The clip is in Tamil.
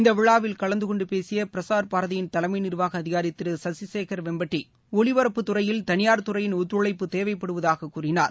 இந்த விழாவில் கலந்து கொண்டு பேசிய பிரஸார் பாரதியின் தலைமை நிர்வாக அதிகாரி திரு கசிகேகள் வேம்பட்டி ஒலிபரப்புத்துறையில் தனியார் துறையின் ஒத்துழைப்பு தேவைப்படுவதாகக் கூறினார்